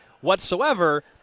whatsoever